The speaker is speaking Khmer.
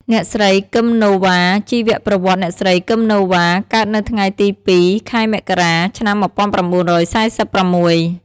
អ្នកស្រី គឹម ណូវ៉ា ជីវប្រវត្តិ អ្នកស្រី គឹម ណូវ៉ា កើតនៅថ្ងៃទី២ ខែមករា ឆ្នាំ១៩៤៦។